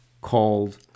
called